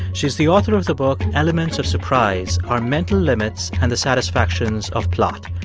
she's the author of the book elements of surprise our mental limits and the satisfactions of plot.